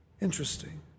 Interesting